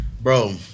Bro